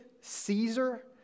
caesar